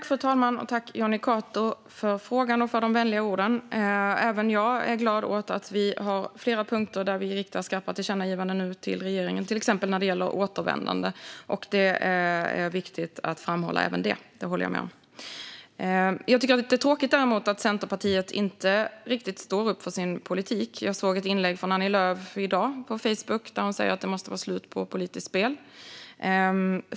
Fru talman! Tack, Jonny Cato, för frågan och för de vänliga orden! Även jag är glad att vi har flera punkter där vi nu föreslår skarpa tillkännagivanden till regeringen, till exempel när det gäller återvändande. Det är viktigt att framhålla även det - jag håller med om det. Däremot tycker jag att det är lite tråkigt att Centerpartiet inte riktigt står upp för sin politik. Jag såg ett inlägg från Annie Lööf i dag på Facebook där hon säger att det måste vara slut på politiskt spel.